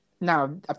Now